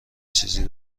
چیزی